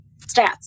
stats